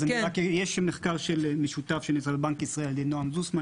אז יש מחקר משותף שנעשה לבנק ישראל על ידי נעם זוסמן